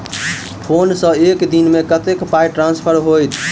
Phone सँ एक दिनमे कतेक पाई ट्रान्सफर होइत?